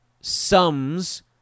sums